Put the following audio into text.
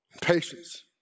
patience